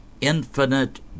infinite